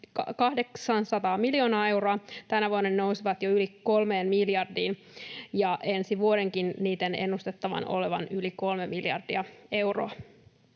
800 miljoonaa euroa, tänä vuonna ne nousivat jo yli kolmeen miljardiin, ja ensi vuodenkin niiden ennustetaan olevan yli kolme miljardia euroa.